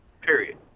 Period